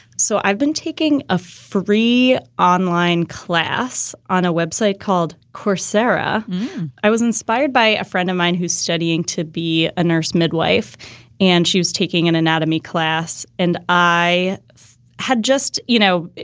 so i've been taking a free online class on a web site called coursera i was inspired by a friend of mine who's studying to be a nurse midwife and she was taking an anatomy class. and i had just, you know,